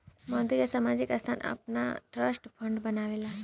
मंदिर या सामाजिक संस्थान आपन ट्रस्ट फंड बनावेला